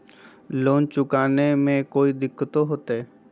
Loan चुकाने में कोई दिक्कतों होते?